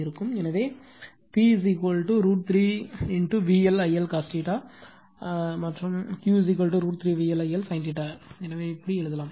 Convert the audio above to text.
எனவே P √ 3 VL I L cos and Q √ 3 VL I L sin எனவே இப்படி எழுதலாம்